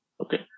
Okay